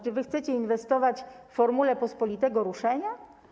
Czy wy chcecie inwestować w formule pospolitego ruszenia?